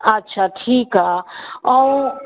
अछा ठीकु आहे ऐं